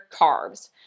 carbs